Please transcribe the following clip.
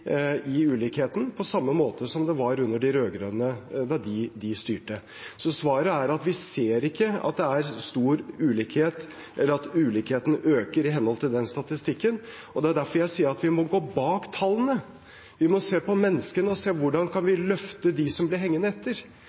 ulikheten, på samme måte som det var under de rød-grønne, da de styrte. Så svaret er at vi ikke ser at det er stor ulikhet eller at ulikheten øker i henhold til den statistikken. Det er derfor jeg sier at vi må gå bak tallene. Vi må se på menneskene og se hvordan vi kan løfte dem som blir hengende etter.